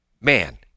man